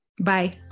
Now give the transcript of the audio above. bye